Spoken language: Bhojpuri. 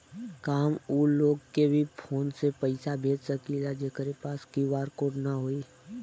का हम ऊ लोग के भी फोन से पैसा भेज सकीला जेकरे पास क्यू.आर कोड न होई?